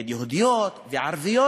נגד יהודיות וערביות?